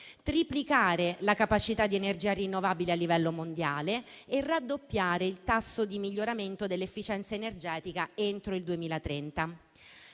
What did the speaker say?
triplicare la capacità di energia rinnovabile a livello mondiale e raddoppiare il tasso di miglioramento dell'efficienza energetica entro il 2030.